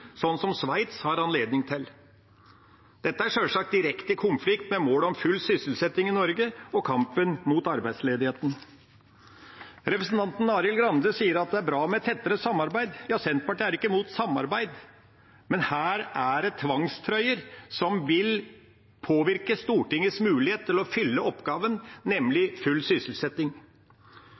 sånn som Sveits har anledning til. Dette er sjølsagt i direkte konflikt med målet om full sysselsetting i Norge og kampen mot arbeidsledigheten. Representanten Arild Grande sier at det er bra med tettere samarbeid. Ja, Senterpartiet er ikke imot samarbeid. Men her er det tvangstrøyer som vil påvirke Stortingets mulighet til å fylle oppgaven, nemlig full sysselsetting.